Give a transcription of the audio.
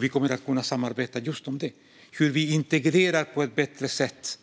Vi kommer att kunna samarbeta om hur dessa människor integreras på ett bättre sätt.